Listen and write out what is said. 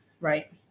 Right